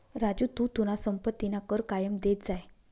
राजू तू तुना संपत्तीना कर कायम देत जाय